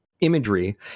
imagery